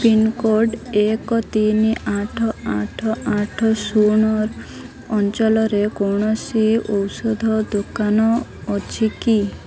pincode ଏକ ତିନି ଆଠ ଆଠ ଆଠ ଶୂନ ଅଞ୍ଚଳରେ କୌଣସି ଔଷଧ ଦୋକାନ ଅଛି କି